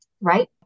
right